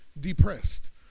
depressed